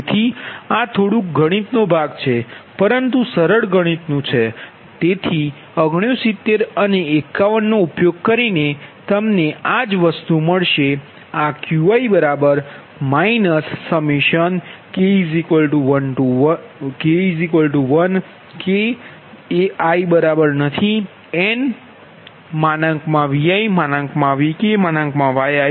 તેથી આ થોડુંક ગણિતનો ભાગ છે પરંતુ સરળ ગણિતનું છે તેથી 69 અને 51 નો ઉપયોગ કરીને તમને આ જ વસ્તુ મળશે આ Qi k1 k≠i nViVkYiksin⁡ik ik